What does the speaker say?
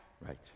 Right